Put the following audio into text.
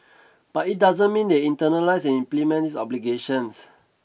but it doesn't mean they internalise and implement these obligations